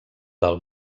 del